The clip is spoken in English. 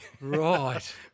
Right